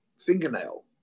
fingernail